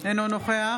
אינו נוכח